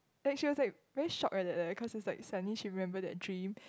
like she was like very shocked eh like that cause it's like suddenly she remember that dream